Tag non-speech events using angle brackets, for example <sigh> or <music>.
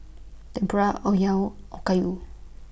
Tempura <unintelligible> Okayu